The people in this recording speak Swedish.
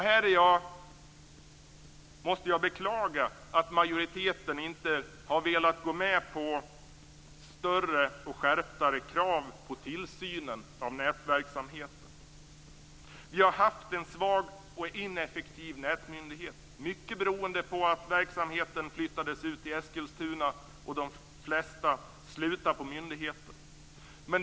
Här måste jag beklaga att majoriteten inte har velat gå med på större och mer skärpta krav på tillsynen av nätverksamheten. Vi har haft en svag och ineffektiv nätmyndighet, mycket beroende på att verksamheten flyttades ut till Eskilstuna och de flesta slutade på myndigheten.